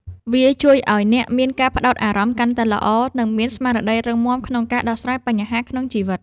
វាជួយឱ្យអ្នកមានការផ្ដោតអារម្មណ៍កាន់តែល្អ និងមានស្មារតីរឹងមាំក្នុងការដោះស្រាយបញ្ហាក្នុងជីវិត។